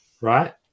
right